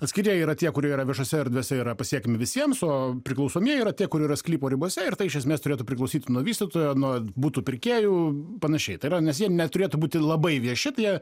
atskiria yra tie kurie yra viešose erdvėse yra pasiekiami visiems o priklausomieji yra tie kurie yra sklypo ribose ir tai iš esmės turėtų priklausyti nuo vystytojo nuo butų pirkėjų panašiai tai yra nes jie neturėtų būti labai vieši tai jie